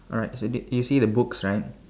alright so you you see the books right